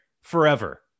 forever